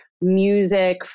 music